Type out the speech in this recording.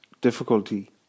difficulty